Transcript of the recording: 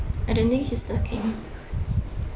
I don't think she's looking